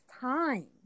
time